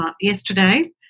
yesterday